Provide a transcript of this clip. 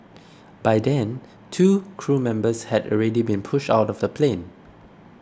by then two crew members had already been pushed out of the plane